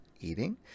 eating